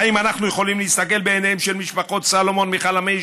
האם אנחנו יכולים להסתכל בעיניהם של משפחת סולומון מחלמיש,